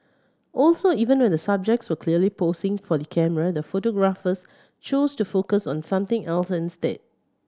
also even when the subjects were clearly posing for the camera the photographers chose to focus on something else instead